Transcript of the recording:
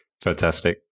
Fantastic